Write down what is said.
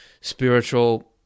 spiritual